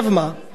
יותר מזה: